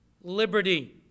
liberty